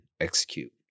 execute